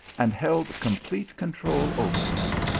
and held complete control over him,